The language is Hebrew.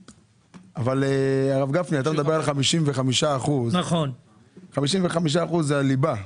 הרב גפני, אתה מדבר על 55%, וזה הליבה.